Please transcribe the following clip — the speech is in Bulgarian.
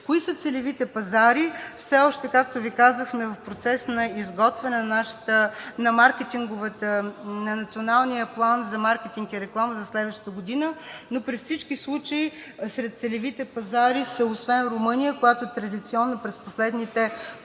Кои са целевите пазари? Все още, както Ви казах, сме в процес на изготвяне на Националния план за маркетинг и реклама за следващата година. При всички случаи сред целевите пазари са освен Румъния, която традиционно през последните 15